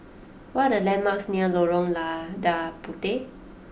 what are the landmarks near Lorong Lada Puteh